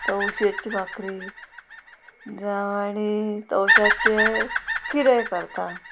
तोवशेची भाकरी जावं आनी तवशाचे कितेंय करता